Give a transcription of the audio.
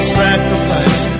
sacrifice